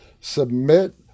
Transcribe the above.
submit